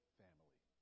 family